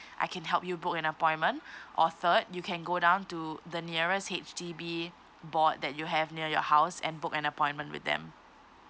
I can help you book an appointment or third you can go down to the nearest H_D_B board that you have near your house and book an appointment with them